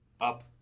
up